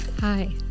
Hi